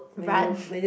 run